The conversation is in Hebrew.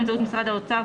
באמצעות משרד האוצר,